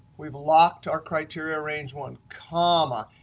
we've locked our criteria range one, comma.